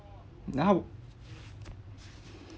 now